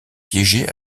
piégé